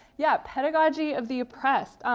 yeah. pedagogy of the oppressed.